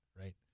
right